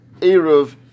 erev